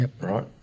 right